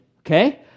okay